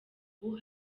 ubu